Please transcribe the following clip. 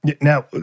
Now